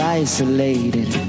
isolated